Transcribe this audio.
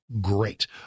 Great